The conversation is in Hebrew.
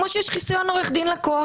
כמו שיש חיסיון עורך דין לקוח,